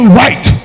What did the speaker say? right